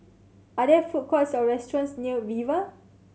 are there food courts or restaurants near Viva